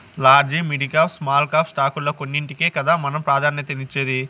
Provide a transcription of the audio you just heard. large, midcap, small cap స్టాకుల్ల కొన్నింటికే కదా మనం ప్రాధాన్యతనిచ్చేది